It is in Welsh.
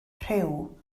rhyw